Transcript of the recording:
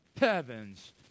Heavens